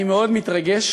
אני מאוד מתרגש,